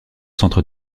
centres